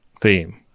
theme